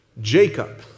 Jacob